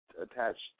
attached